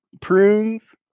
prunes